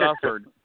suffered